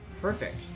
Perfect